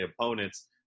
opponents